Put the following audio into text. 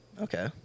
Okay